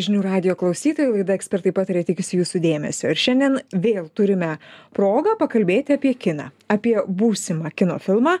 žinių radijo klausytojai laida ekspertai pataria tikisi jūsų dėmesio ir šiandien vėl turime progą pakalbėti apie kiną apie būsimą kino filmą